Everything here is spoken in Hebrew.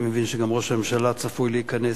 אני מבין שגם ראש הממשלה צפוי להיכנס,